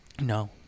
No